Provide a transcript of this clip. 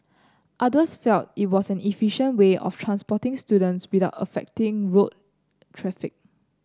others felt it was an efficient way of transporting students without affecting road traffic